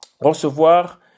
recevoir